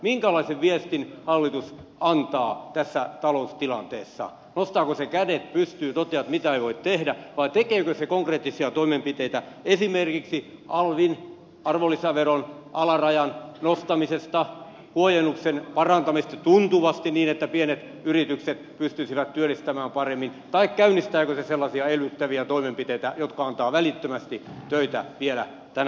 minkälaisen viestin hallitus antaa tässä taloustilanteessa nostaako se kädet pystyyn ja toteaa että mitään ei voi tehdä vai tekeekö se konkreettisia toimenpiteitä esimerkiksi arvonlisäveron alarajan nostamista huojennuksen parantamista tuntuvasti niin että pienet yritykset pystyisivät työllistämään paremmin tai käynnistääkö se sellaisia elvyttäviä toimenpiteitä jotka antavat välittömästi töitä vielä tänä vuonna